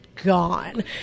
gone